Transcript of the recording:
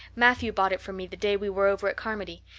matthew bought it for me the day we were over at carmody.